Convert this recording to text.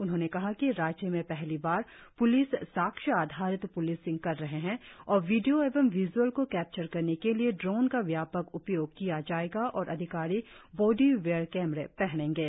उन्होंने कहा कि राज्य में पहली बार प्लिस साक्ष्य आधारित प्लिसिंग कर रहे है और वीडियों एवं विज्अल को केप्चर करने के लिए ड्रोन का व्यापक उपयोग किया जाएगा और अधिकारी बॉडी वियर कैमरे पहनेंगे